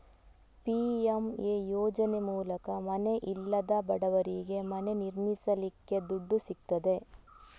PMA ಯೋಜನೆ ಮೂಲಕ ಮನೆ ಇಲ್ಲದ ಬಡವರಿಗೆ ಮನೆ ನಿರ್ಮಿಸಲಿಕ್ಕೆ ದುಡ್ಡು ಸಿಗ್ತದೆ